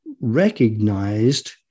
recognized